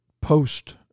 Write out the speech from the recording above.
post